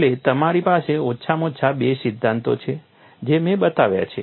એટલે તમારી પાસે ઓછામાં ઓછા બે સિદ્ધાંતો છે જે મેં બતાવ્યા છે